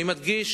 אני מדגיש